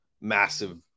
massive